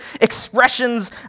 expressions